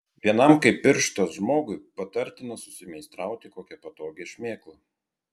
vienam kaip pirštas žmogui patartina susimeistrauti kokią patogią šmėklą